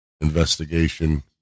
investigation